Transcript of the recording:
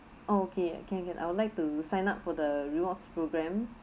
okay can can I would like to sign up for the rewards programme